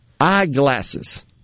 Eyeglasses